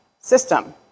system